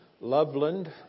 Loveland